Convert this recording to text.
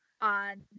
on